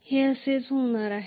हे असेच होणार आहे